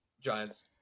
Giants